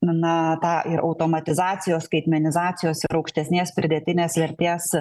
na tą ir automatizacijos skaitmenizacijos ir aukštesnės pridėtinės vertės